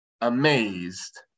amazed